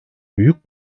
büyük